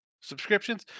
subscriptions